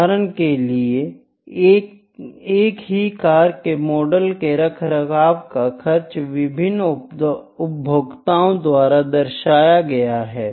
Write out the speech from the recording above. उदाहरण के लिए एक ही कार के मॉडल के रखरखाव का खर्चा विभिन्न उपभोक्ताओं द्वारा दर्शाया गया है